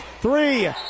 Three